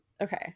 Okay